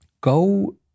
Go